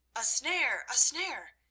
a snare! a snare!